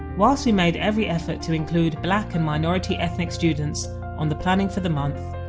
whilst we made every effort to include black and minority ethnic students on the planning for the month,